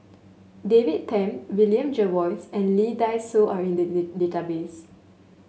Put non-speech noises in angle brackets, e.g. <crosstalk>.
David Tham William Jervois and Lee Dai Soh are in the <unintelligible> database